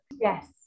Yes